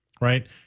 right